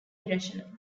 irrational